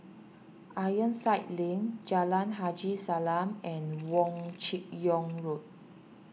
Ironside Link Jalan Haji Salam and Wong Chin Yoke Road